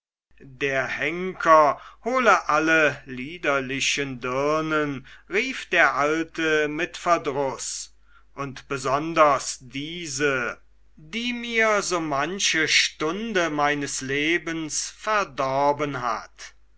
der henker hole alle liederlichen dirnen rief der alte mit verdruß und besonders diese die mir so manche stunde meines lebens verdorben hat